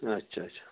اَچھا اَچھا